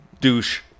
Douche